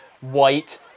white